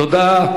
תודה.